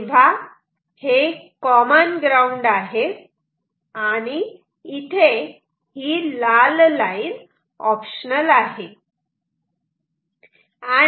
तेव्हा हे common ground आहे आणि इथे ही लाल लाईन ऑप्शनल आहे